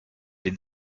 den